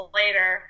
later